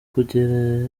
kunyereza